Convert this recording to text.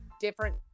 different